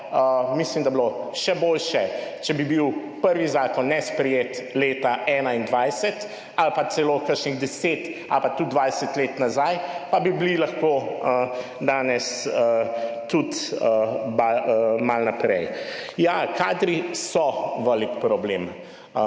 Mislim, da bi bilo še boljše, če bi bil prvi zakon ne sprejet leta 2021 ali pa celo kakšnih deset ali pa tudi 20 let nazaj, pa bi bili lahko danes tudi malo naprej. Ja, kadri so velik problem,